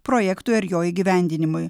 projektui ar jo įgyvendinimui